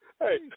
Hey